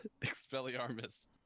Expelliarmus